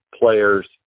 players